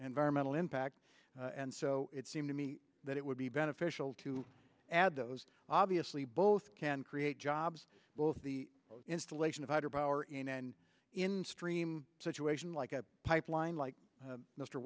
environmental impact and so it seemed to me that it would be beneficial to add those obviously both can create jobs both the installation of hydro power in and in stream situation like a pipeline like